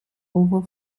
over